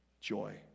joy